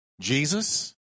Jesus